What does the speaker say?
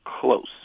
close